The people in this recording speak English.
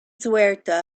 ceuta